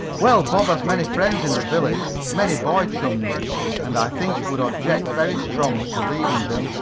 well, bob has many friends in the village many boy-chums and i think he would object very strongly to leaving them,